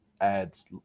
adds